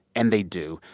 and they do.